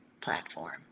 platform